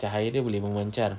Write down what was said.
cahaya dia boleh memacar